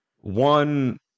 one